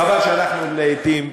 חבל שלעתים,